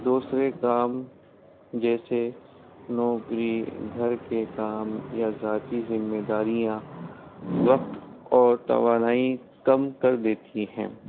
دوسرے کام جیسے نوکری گھر کے کام یا ذاتی ذمہ داریاں وقت اور توانائی کم کر دیتی ہیں